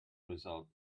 result